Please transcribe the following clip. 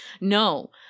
No